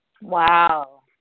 Wow